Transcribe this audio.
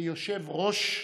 כיושב-ראש הכנסת,